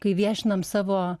kai viešinam savo